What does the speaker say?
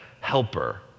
helper